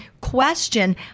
question